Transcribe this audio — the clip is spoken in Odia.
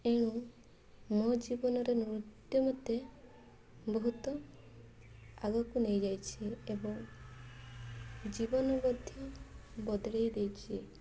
ତେଣୁ ମୋ ଜୀବନରେ ନୃତ୍ୟ ମୋତେ ବହୁତ ଆଗକୁ ନେଇଯାଇଛି ଏବଂ ଜୀବନ ମଧ୍ୟ ବଦଳାଇ ଦେଇଛି